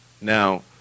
Now